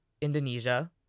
Indonesia